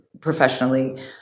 professionally